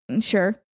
sure